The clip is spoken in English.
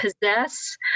possess